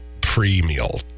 pre-meal